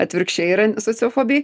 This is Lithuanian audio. atvirkščiai yra sociofobai